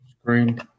Screen